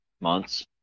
months